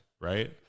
right